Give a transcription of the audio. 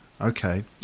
Okay